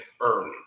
early